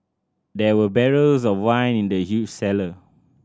there were barrels of wine in the huge cellar